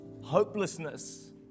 hopelessness